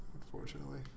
unfortunately